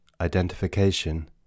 Identification